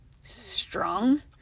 strong